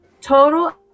total